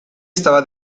estaba